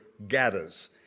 gathers